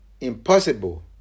impossible